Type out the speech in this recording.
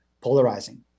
polarizing